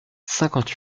cinquante